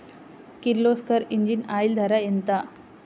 Kirloskar engine oil ధర ఎంత?